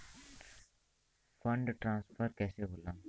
Fund transfer कैसे होला?